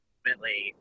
Ultimately